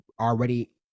already